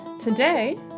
today